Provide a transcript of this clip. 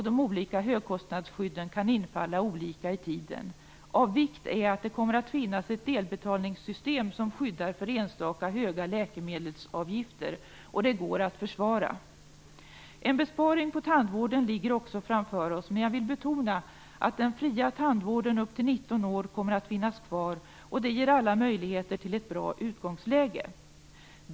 De olika högkostnadsskydden kan infalla olika i tiden. Av vikt är att det kommer att finnas ett delbetalningssystem som skyddar för enstaka höga läkemedelsavgifter, och det går att försvara. En besparing på tandvården ligger också framför oss, men jag vill betona att den fria tandvården upp till 19 år kommer att finnas kvar. Det ger alla möjlighet till ett bra utgångsläge.